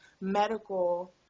medical